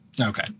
Okay